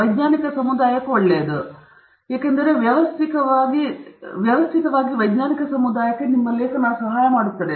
ವೈಜ್ಞಾನಿಕ ಸಮುದಾಯಕ್ಕೆ ಇದು ಒಳ್ಳೆಯದು ಏಕೆಂದರೆ ಅದು ವ್ಯವಸ್ಥಿತವಾಗಿ ವೈಜ್ಞಾನಿಕ ಸಮುದಾಯಕ್ಕೆ ಸಹಾಯ ಮಾಡುತ್ತದೆ